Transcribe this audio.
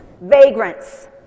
vagrants